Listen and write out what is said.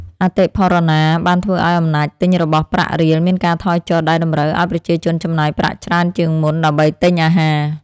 អតិផរណាបានធ្វើឱ្យអំណាចទិញរបស់ប្រាក់រៀលមានការថយចុះដែលតម្រូវឱ្យប្រជាជនចំណាយប្រាក់ច្រើនជាងមុនដើម្បីទិញអាហារ។